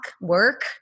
work